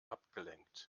abgelenkt